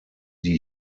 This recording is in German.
die